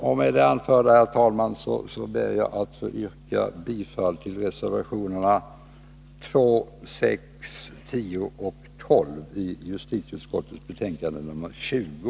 Med det anförda, herr talman, ber jag att få yrka bifall till reservationerna 2, 6, 10 och 12 i justitieutskottets betänkande 20.